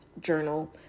journal